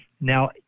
Now